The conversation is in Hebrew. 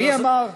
מי אמר,